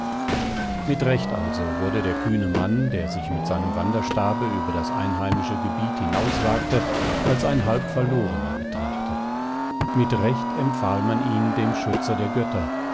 mit recht wurde also der kühne mann der sich mit seinem wanderstabe über das einheimische gebiet hinauswagte als ein halb verlorener betrachtet mit recht empfahl man ihn dem schutze der götter